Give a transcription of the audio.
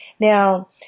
Now